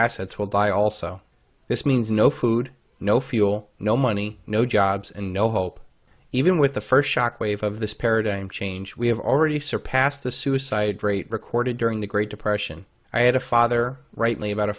assets will buy also this means no food no fuel no money no jobs and no hope even with the first shock wave of this paradigm change we have already surpassed the suicide rate recorded during the great depression i had a father rightly about a